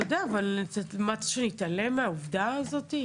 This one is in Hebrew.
אבל אתה רוצה שאני אתעלם מהעובדה הזאת?